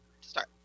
Start